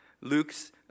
Luke's